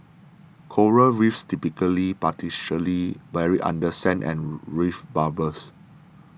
coral Reefs typically partially buried under sand and reef bubbles